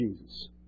Jesus